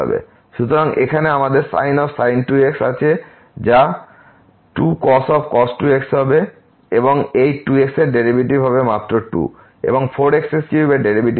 সুতরাং এখানে আমাদের sin 2x আছে যা 2cos 2x হবে এবং এই 2 x এর ডেরিভেটিভ হবে মাত্র 2 এবং 4 x3 যা হবে 12 x2